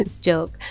Joke